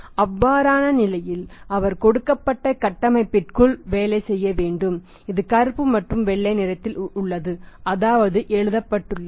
அவ்வாறான நிலையில் அவர் கொடுக்கப்பட்ட கட்டமைப்பிற்குள் வேலை செய்ய வேண்டும் இது கருப்பு மற்றும் வெள்ளை நிறத்தில் உள்ளது அதாவது எழுதப்பட்டுள்ளது